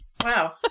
Wow